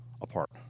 apart